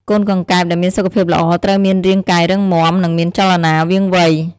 កូនកង្កែបដែលមានសុខភាពល្អត្រូវមានរាងកាយរឹងមាំ និងមានចលនាវាងវៃ។